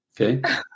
okay